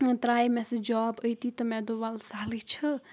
ترٛایے مےٚ سُہ جاب أتی تہٕ مےٚ دوٚپ وَل سہلہٕ چھِ